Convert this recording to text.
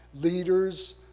leaders